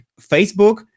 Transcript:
Facebook